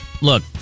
look